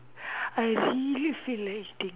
I really feel like eating